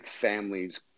families